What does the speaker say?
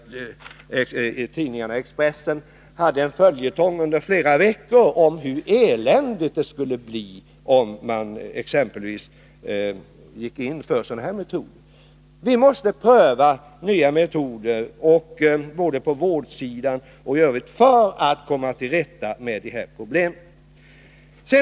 2g april 1982 Expressen hade en följetong under flera veckor om hur eländigt det skulle bli, om man exempelvis gick in för sådana här metoder. Vi måste pröva nya metoder både på vårdsidan och i övrigt för att komma till rätta med det här problemet.